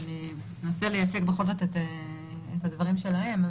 אנסה לייצג בכל זאת את הדברים שלהם.